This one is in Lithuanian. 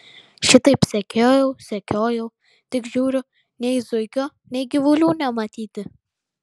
šitaip sekiojau sekiojau tik žiūriu nei zuikio nei gyvulių nematyti